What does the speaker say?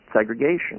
segregation